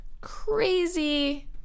crazy